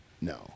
No